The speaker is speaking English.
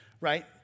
right